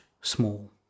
small